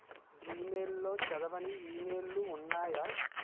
జీమెయిల్లో చదవని ఇమెయిల్లు ఉన్నాయా